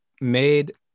made